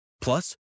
Plus